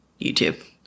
YouTube